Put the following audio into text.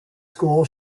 school